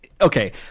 okay